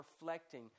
reflecting